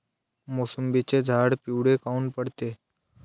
मोसंबीचे झाडं पिवळे काऊन पडते?